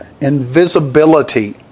invisibility